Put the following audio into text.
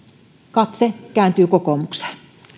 katse kääntyy kokoomukseen